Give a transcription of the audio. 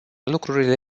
lucrurile